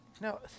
No